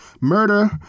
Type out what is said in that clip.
murder